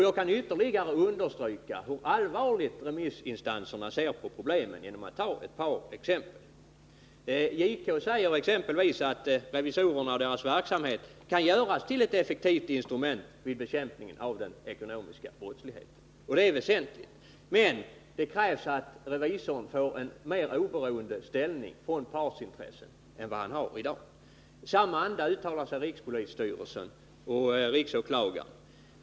Jag kan ytterligare understryka hur allvarligt remissinstanserna ser på problemen, genom att ge ett par exempel. Justitiekanslern säger att revisorerna och deras verksamhet kan göras till ett effektivt instrument vid bekämpandet av den ekonomiska brottsligheten — och det är väsentligt. Men det krävs att revisorn får en i förhållande till partsintressena mer oberoende ställning än vad han i dag har. I samma anda uttalar sig rikspolisstyrelsen och riksåklagaren.